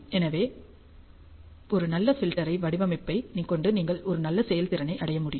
எனவே ஒரு நல்ல ஃபில்டர் வடிவமைப்பைக் கொண்டு நீங்கள் ஒரு நல்ல செயல்திறனை அடைய முடியும்